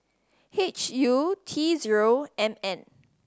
H U T zero M N